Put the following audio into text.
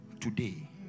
today